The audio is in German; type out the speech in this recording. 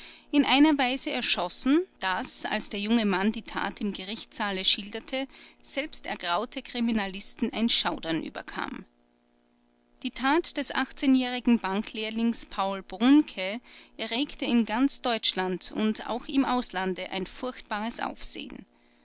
in einer weise erschossen daß als der junge mann die tat im gerichtssaale schilderte selbst ergraute kriminalisten ein schaudern überkam die tat des achtzehnjährigen banklehrlings paul brunke erregte in ganz deutschland und auch im auslande ein furchtbares aufsehen